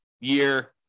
year